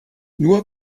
nur